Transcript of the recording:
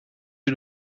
est